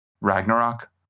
Ragnarok